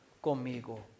conmigo